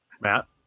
Matt